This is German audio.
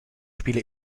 spiele